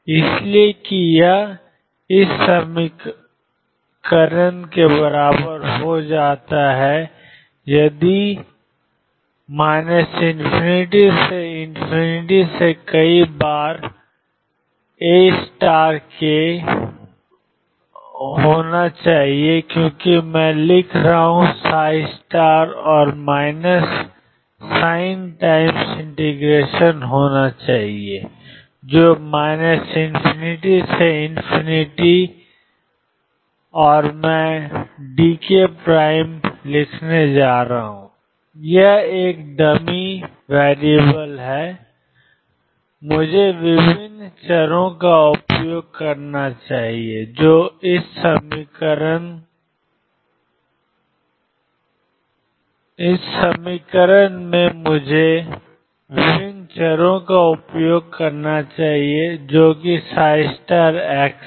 इसलिए कि यह 12π ∞ dk Akeikx हो जाता है यह भी ∞ से से कई बार या वे Ak होना चाहिए क्योंकि मैं लिख रहा हूं और माइनस साइन टाइम्स इंटीग्रेशन होना चाहिए ∞ से और मैं dk प्राइम लिखने जा रहा हूं यह एक डमी चर है मुझे विभिन्न चरों का उपयोग करना चाहिए Akeikx2π जो कि है